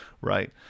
right